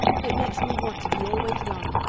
it makes me want to be always young,